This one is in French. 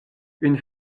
une